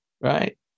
right